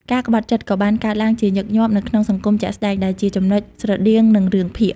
ការក្បត់ចិត្តក៏បានកើតឡើងជាញឹកញាប់នៅក្នុងសង្គមជាក់ស្តែង ដែលជាចំណុចស្រដៀងនឹងរឿងភាគ។